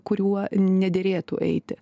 kuriuo nederėtų eiti